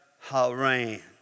Haran